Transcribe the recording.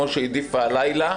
כמו שהיא העדיפה הלילה,